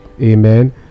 amen